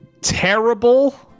Terrible